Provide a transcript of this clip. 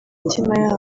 mitima